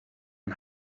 een